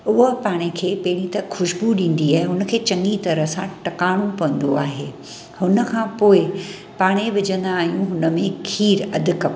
उहा पाण खे पहिरियों त ख़ुश्बू ॾींदी आहे हुनखे चङी तरह सां टकाइणो पवंदो आहे हुन खां पोइ पाणी विझंदा आहियूं हुनमें खीरु अधि कप